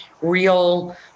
real